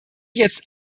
jetzt